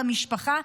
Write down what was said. את המשפחה,